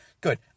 good